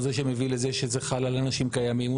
הוא זה שמביא לזה שזה חל על אנשים קיימים,